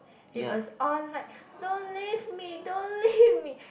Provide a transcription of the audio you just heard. it was on like don't leave me don't leave me